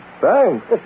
Thanks